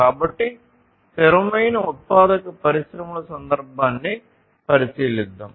కాబట్టి స్థిరమైన ఉత్పాదక పరిశ్రమల సందర్భాన్ని పరిశీలిద్దాం